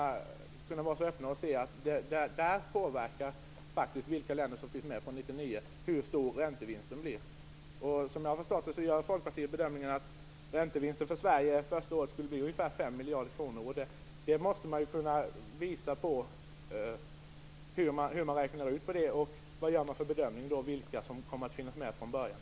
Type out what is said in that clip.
Vi måste kunna vara öppna och se att räntevinstens storlek påverkas av vilka länder som finns med från 1999. Som jag har förstått det gör Folkpartiet bedömningen att räntevinsten för Sverige det första året skulle bli ungefär 5 miljarder kronor. Man måste kunna visa hur man räknar ut det och vilka länder man tror kommer att finnas med från början.